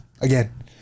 Again